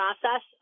process